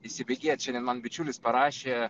įsibėgėt šiandien man bičiulis parašė